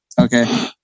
Okay